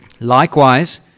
Likewise